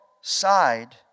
side